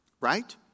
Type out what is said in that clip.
Right